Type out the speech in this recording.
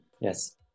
yes